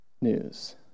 news